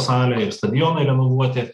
salę ir stadioną renovuoti